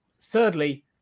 thirdly